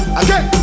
again